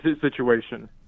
situation